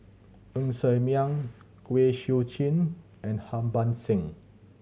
Ng Ser Miang Kwek Siew Jin and Harbans Singh